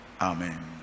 Amen